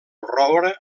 roure